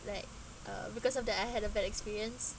like uh because of that I had a bad experience